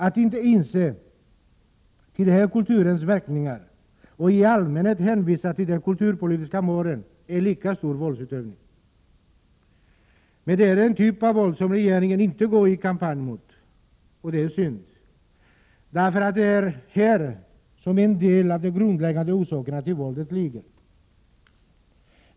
an ma " Attinteinse den här kulturens verkningar och att i allmänhet hänvisa till de kulturpolitiska målen är en lika stor våldsutövning. Men det är en typ av våld som regeringen inte går ut i kampanj mot, och det är synd. Det är nämligen här som en av de grundläggande orsakerna till våldet ligger.